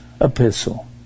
epistle